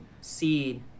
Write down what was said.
seed